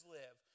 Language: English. live